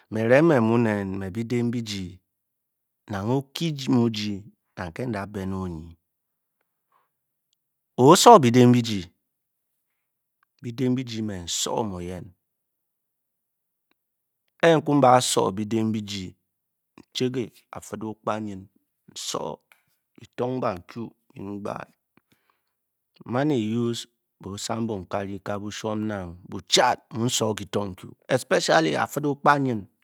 Me’ kirang me’ munen me byidi nbi ji nang okyiji nang ke nda be ne onyi o-soo byidi nbi-ji, byidi nbi-ji me soo byidi nbi-ji ni check oifia-ogba nyn n'soo, bi tong ba nuu byn gbaat nman a used bojang nkarinka bu by nang bu-chat u sóó ki tong nku especially a'fid ogba nyn